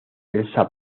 elsa